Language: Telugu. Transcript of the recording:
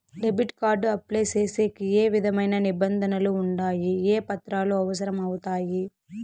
డెబిట్ కార్డు అప్లై సేసేకి ఏ విధమైన నిబంధనలు ఉండాయి? ఏ పత్రాలు అవసరం అవుతాయి?